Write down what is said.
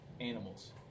animals